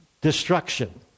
destruction